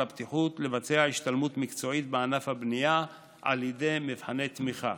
הבטיחות לבצע השתלמות מקצועית בענף הבנייה על ידי מבחני תמיכה.